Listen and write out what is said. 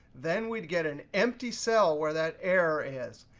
then we'd get an empty cell, where that error is.